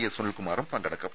S സുനിൽകുമാറും പങ്കെടുക്കും